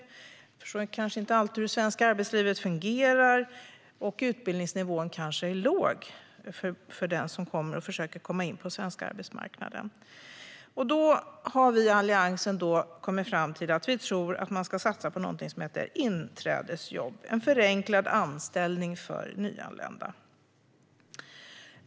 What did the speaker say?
De förstår kanske inte alltid hur det svenska arbetslivet fungerar, och utbildningsnivån kanske är låg för dem som försöker komma in på den svenska arbetsmarknaden. Vi i Alliansen har kommit fram till att man ska satsa på någonting som heter inträdesjobb, en förenklad anställning för nyanlända.